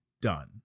done